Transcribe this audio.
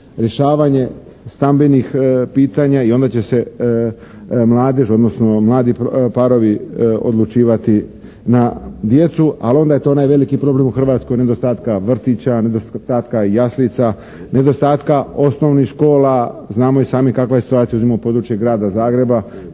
rješavanje stambenih pitanja i onda će se mladež odnosno mladi parovi odlučivati na djecu. Ali onda je tu onaj veliki problem u Hrvatskoj, nedostatka vrtića, nedostatka jaslica, nedostatka osnovnih škola. Znamo i sami kakva je situacija, uzmimo područje Grada Zagreba